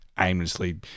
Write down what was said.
aimlessly